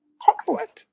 texas